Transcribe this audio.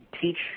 teach